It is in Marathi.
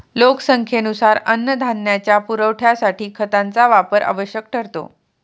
लोकसंख्येनुसार अन्नधान्याच्या पुरवठ्यासाठी खतांचा वापर आवश्यक ठरतो